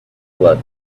blood